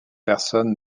personne